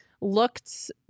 looked